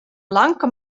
blanke